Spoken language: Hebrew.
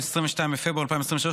22 בפברואר 2023,